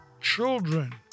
children